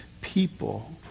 people